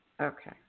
Okay